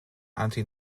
anti